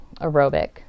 aerobic